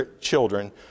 children